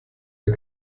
der